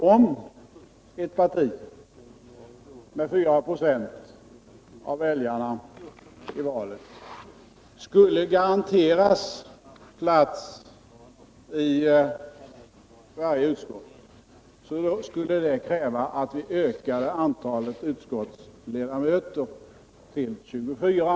Om ett parti med 4 96 av väljarna skulle garanteras plats i varje utskott, skulle det kräva att vi ökade antalet utskottsledamöter till 24.